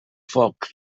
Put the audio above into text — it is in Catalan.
foc